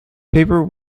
paper